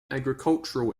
agricultural